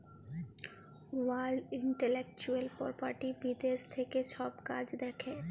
world intellectual property বিদ্যাশ থ্যাকে ছব কাজ দ্যাখে